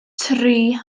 tri